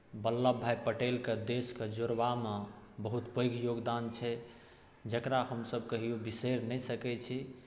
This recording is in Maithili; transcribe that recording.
वल्लभ भाइ पटेलके देशकेँ जोड़बामे बहुत पैघ योगदान छै जकरा हमसभ कहियो बिसरि नहि सकैत छी